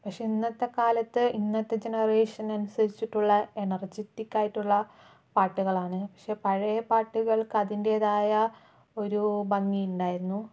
പക്ഷെ ഇന്നത്തെ കാലത്ത് ഇന്നത്തെ ജനറേഷൻ അനുസരിച്ചിട്ടുള്ള എനർജറ്റിക്കായിട്ടുള്ള പാട്ടുകളാണ് പക്ഷെ പഴയ പാട്ടുകൾക്ക് അതിൻ്റെതായ ഒരു ഭംഗിയുണ്ടായിരുന്നു